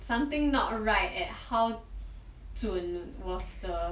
something not right at how 准 was the